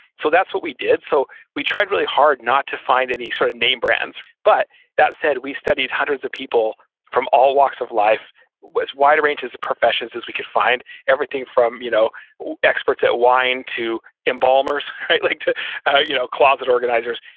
so that's what we did. so we tried really hard not to find any sort of name brands but that said, we studied hundreds of people from all walks of life as wide a range as a professions as we could find. everything from you know experts at wine to embalmers, right? like you know closet organizers.